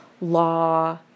law